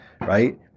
right